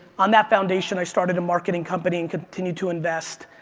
on that foundation, i started a marketing company and continued to invest.